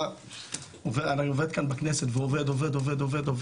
אני עובד כאן בכנסת, עובד-עובד-עובד-עובד.